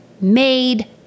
made